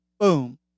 Boom